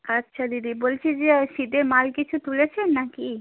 আচ্ছা দিদি বলছি যে শীতে মাল কিছু তুলেছেন না কি